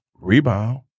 rebound